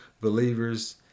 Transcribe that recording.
believers